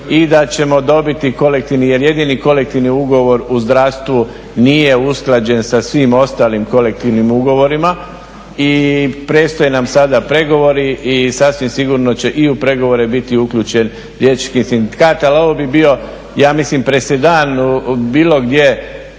i da ćemo dobiti kolektivni jer jedini kolektivni ugovor u zdravstvu nije usklađen sa svim ostalim kolektivnim ugovorima. I predstoje nam sada pregovori i sasvim sigurno će i u pregovore biti uključen liječnički sindikat. Ali ovo bi bio ja mislim presedan bilo gdje